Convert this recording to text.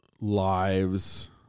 lives